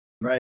Right